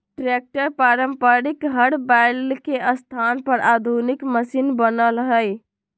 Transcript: tractor पारम्परिक हर बैल के स्थान पर आधुनिक मशिन बनल हई